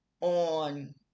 on